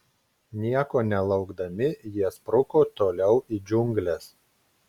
nieko nelaukdami jie spruko toliau į džiungles